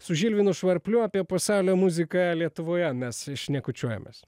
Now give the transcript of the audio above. su žilvinu švarpliu apie pasaulio muziką lietuvoje mes šnekučiuojamės